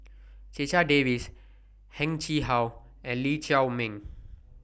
Checha Davies Heng Chee How and Lee Chiaw Meng